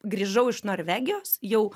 grįžau iš norvegijos jau